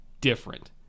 different